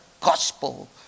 gospel